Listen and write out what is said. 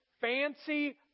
fancy